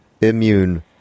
immune